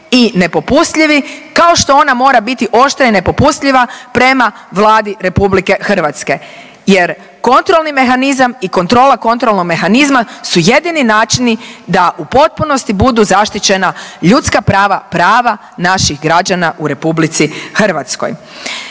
i nepopustljivi kao što ona mora biti oštra i nepopustljiva prema Vladi Republike Hrvatske, jer kontrolni mehanizam i kontrola kontrolnog mehanizma su jedini načini da u potpunosti budu zaštićena ljudska prava, prava naših građana u Republici Hrvatskoj.